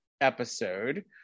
episode